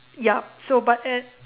yup so but at